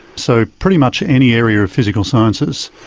so pretty much any area of physical sciences,